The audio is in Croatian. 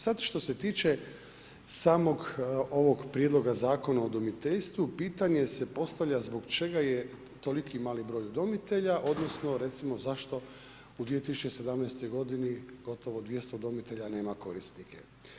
Sad što se tiče samog ovog prijedlog Zakona o udomiteljstvu, pitanje se postavlja zbog čega je toliki malu broj udomitelja odnosno recimo zašto u 2017. g. gotovo 200 udomitelja nema korisnike.